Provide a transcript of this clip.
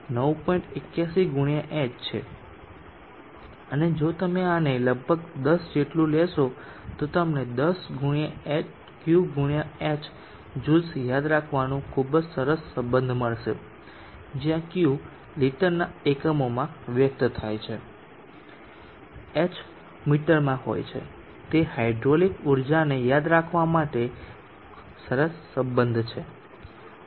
81 x h છે અને જો તમે આને લગભગ 10 જેટલું લેશો તો તમને 10 × Q × h Joules યાદ રાખવાનું ખૂબ સરસ સંબંધ મળશે જ્યાં Q લિટરના એકમોમાં વ્યક્ત થાય છે h મીટરમાં હોય છે તે હાઇડ્રોલિક ઊર્જાને યાદ રાખવા માટે સરસ સંબંધ છે